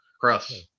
cross